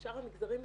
בשאר המגזרים אותי,